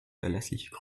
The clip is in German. verlässliche